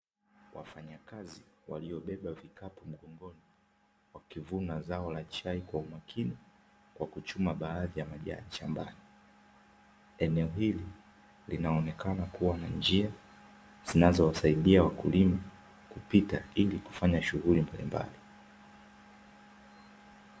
wafanyakazi waliobeba vikapu mgongoni wakivuna zao la chai kwa umakini kwa kuchuma baadhi ya majini shambani, eneo hili linaonekana kuwa na njia zinazowasaidia wakulima kupita ili kufanya shunghuli mbalimbali